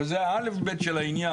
אבל זה הא'-ב' של העניין.